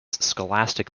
scholastic